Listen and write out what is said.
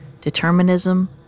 determinism